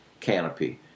Canopy